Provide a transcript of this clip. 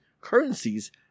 currencies